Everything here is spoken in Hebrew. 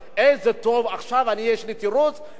עכשיו אני יש לי תירוץ לא לעשות שום דבר.